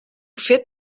fet